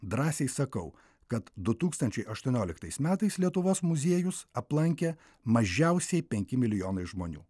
drąsiai sakau kad du tūkstančiai aštuonioliktais metais lietuvos muziejus aplankė mažiausiai penki milijonai žmonių